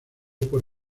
por